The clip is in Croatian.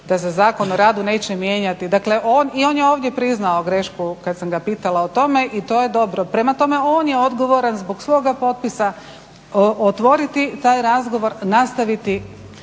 da se Zakon o radu neće mijenjati. Dakle on, i on je ovdje priznao grešku kada sam ga pitala o tome i to je dobro. Prema tome, on je odgovoran zbog svoga potpisa, otvoriti taj razgovor, nastaviti